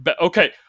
Okay